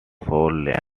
shoreline